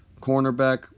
cornerback